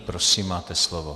Prosím, máte slovo.